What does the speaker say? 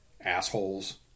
assholes